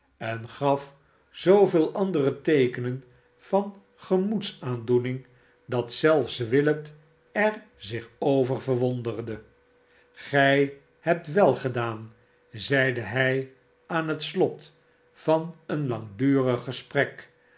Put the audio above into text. en gaf zoovele andere teekenen van gemoedsaandoening dat zelfs willet er zich over verwonderde gij hebt wel gedaan zeide hij aan het slot van een langdurig gesprek